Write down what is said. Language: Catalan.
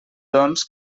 doncs